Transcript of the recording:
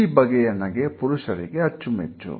ಈ ಬಗೆಯ ನಗೆ ಪುರುಷರಿಗೆ ಅಚ್ಚುಮೆಚ್ಚು